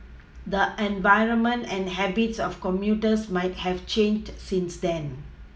the environment and habits of commuters might have changed since then